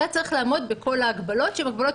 אתה צריך לעמוד בכל ההגבלות שהן יותר